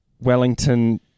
Wellington